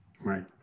Right